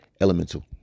elemental